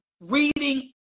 reading